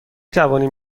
توانیم